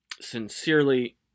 sincerely